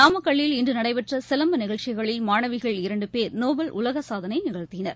நாமக்கல்லில் இன்று நடைபெற்ற சிலம்ப நிகழ்ச்சிகளில் மானவிகள் இரண்டு பேர் நோபல் உலக சாதனை நிகழ்த்தினர்